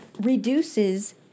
reduces